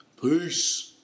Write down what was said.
Peace